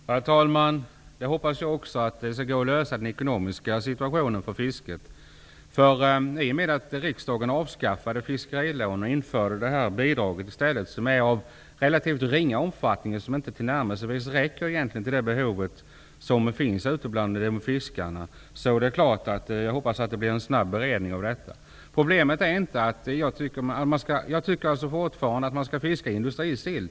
Herr talman! Jag hoppas också att det skall gå att lösa fiskets ekonomiska problem. Riksdagen avskaffade fiskerilån och införde ett bidrag i stället. Bidraget är av relativt ringa omfattning och täcker inte tillnärmelsevis det behov som finns bland fiskarna. Jag hoppas att ärendet får en snabb beredning. Jag tycker fortfarande att man skall fiska industrisill.